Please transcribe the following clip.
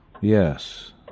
Yes